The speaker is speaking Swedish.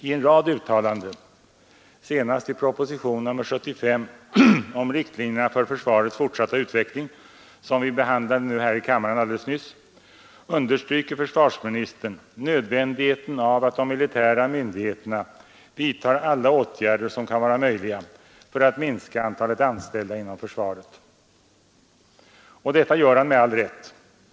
I en rad uttalanden, senast i propositionen 75 om riktlinjerna för försvarets fortsatta utveckling som vi behandlade här i kammaren alldeles nyss, understryker försvarsministern nödvändigheten av att de militära myndigheterna vidtar alla åtgärder som kan vara möjliga för att minska antalet anställda inom försvaret. Och detta gör han med all rätt.